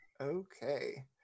Okay